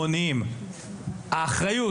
זאת העבודה שלהם אבל באירועים המוניים האחריות